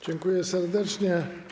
Dziękuję serdecznie.